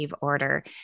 order